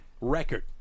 Record